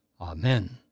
Amen